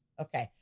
Okay